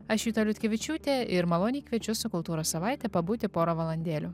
aš juta liutkevičiūtė ir maloniai kviečiu su kultūros savaite pabūti porą valandėlių